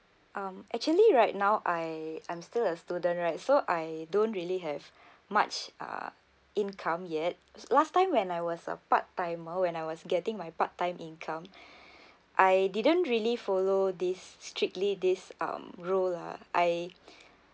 um actually right now I I'm still a student right so I don't really have much uh income yet last time when I was a part timer when I was getting my part time income I didn't really follow this strictly this um rule lah I